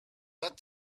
that